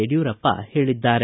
ಯಡಿಯೂರಪ್ಪ ಹೇಳಿದ್ದಾರೆ